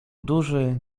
duży